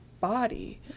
body